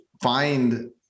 find